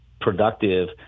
productive